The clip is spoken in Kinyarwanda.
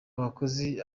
abakozi